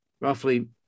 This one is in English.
roughly